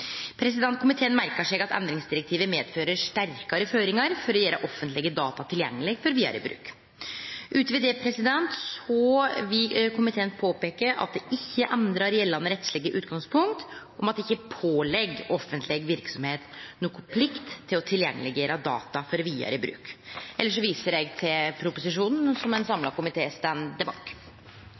direktivet. Komiteen merkar seg at endringsdirektivet medfører sterkare føringar for å gjere offentlege data tilgjengeleg for vidarebruk. Utover det vil komiteen påpeike at det ikkje endrar gjeldande rettslege utgangspunkt om at det ikkje påligg offentleg verksemd noka plikt til å gjere data tilgjengeleg for vidare bruk. Elles viser eg til proposisjonen, som ein samla